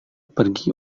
pergi